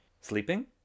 Sleeping